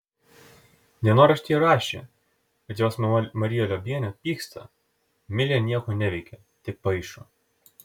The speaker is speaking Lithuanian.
dienoraštyje rašė kad jos mama marija liobienė pyksta milė nieko neveikia tik paišo